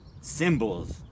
symbols